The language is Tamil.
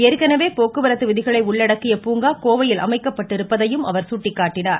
ஏற்கனவே போக்குவரத்து விதிகளை உள்ளடக்கிய பூங்கா கோவையில் அமைக்கப்பட்டிருப்பதையும் அவர் சுட்டிக்காட்டினார்